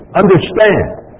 understand